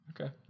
Okay